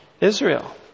Israel